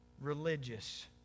religious